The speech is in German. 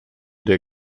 der